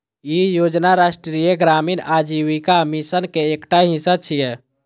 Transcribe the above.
ई योजना राष्ट्रीय ग्रामीण आजीविका मिशन के एकटा हिस्सा छियै